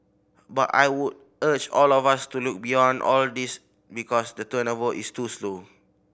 but I would urge all of us to look beyond all these because the turnover is too slow